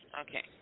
Okay